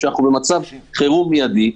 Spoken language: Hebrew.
כשאנחנו במצב חירום מיידי,